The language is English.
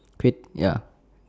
kway ya